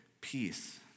peace